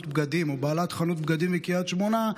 בגדים או לאותה בעלת חנות בגדים מקריית שמונה,